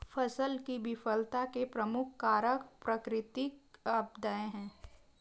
फसल की विफलता के प्रमुख कारक प्राकृतिक आपदाएं हैं